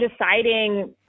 deciding